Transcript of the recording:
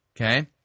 okay